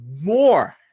more